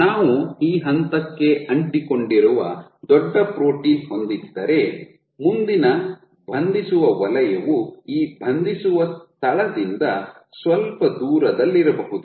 ನಾವು ಈ ಹಂತಕ್ಕೆ ಅಂಟಿಕೊಂಡಿರುವ ದೊಡ್ಡ ಪ್ರೋಟೀನ್ ಹೊಂದಿದ್ದರೆ ಮುಂದಿನ ಬಂಧಿಸುವ ವಲಯವು ಈ ಬಂಧಿಸುವ ಸ್ಥಳದಿಂದ ಸ್ವಲ್ಪ ದೂರದಲ್ಲಿರಬಹುದು